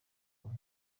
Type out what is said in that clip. amwe